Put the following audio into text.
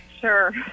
Sure